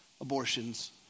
abortions